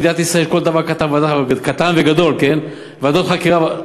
מדינת ישראל, כל דבר קטן וגדול, ועדות חקירה.